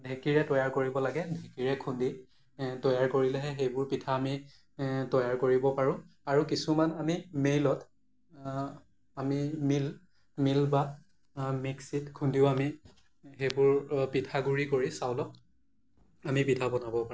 ঢেকীৰে তৈয়াৰ কৰিব লাগে ঢেকীৰে খুন্দি তৈয়াৰ কৰিলেহে সেইবোৰ পিঠা আমি তৈয়াৰ কৰিব পাৰোঁ আৰু কিছুমান আমি মেইলত আমি মিল মিল বা মিক্সিত খুন্দিও আমি সেইবোৰ পিঠাগুড়ি কৰি চাউলৰ আমি পিঠা বনাব পাৰোঁ